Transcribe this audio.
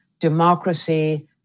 democracy